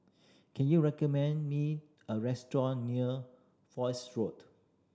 can you recommend me a restaurant near Foch Road